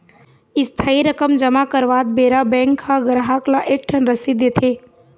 इस्थाई रकम जमा करवात बेरा बेंक ह गराहक ल एक ठन रसीद देथे